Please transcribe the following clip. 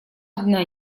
одна